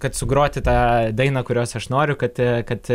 kad sugroti tą dainą kurios aš noriu kad kad